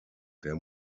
der